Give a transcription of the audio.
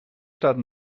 staat